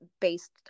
based